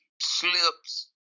slips